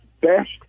best